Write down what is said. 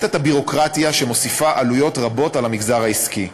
את הביורוקרטיה שמוסיפה עלויות רבות למגזר העסקי.